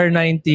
R90